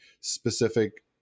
specific